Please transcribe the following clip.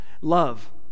love